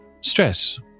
stress